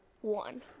One